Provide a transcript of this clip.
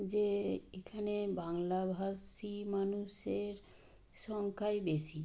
যে এখানে বাংলাভাষি মানুষের সংখ্যাই বেশি